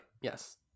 yes